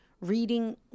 reading